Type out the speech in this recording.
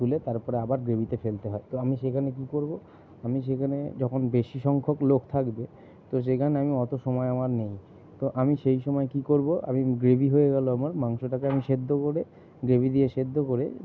তুলে তারপরে আবার গ্রেভিতে ফেলতে হয় তো আমি সেখানে কী করব আমি সেখানে যখন বেশি সংখ্যক লোক থাকবে তো সেখানে আমি অত সময় আমার নেই তো আমি সেই সময় কী করব আমি গ্রেভি হয়ে গেল আমার মাংসটাকে আমি সিদ্ধ করে গ্রেভি দিয়ে সিদ্ধ করে